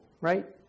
right